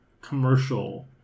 commercial